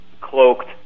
cloaked